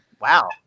Wow